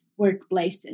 workplaces